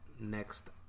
next